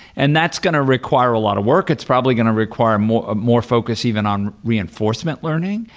and that's going to require a lot of work. it's probably going to require more more focus even on reinforcement learning,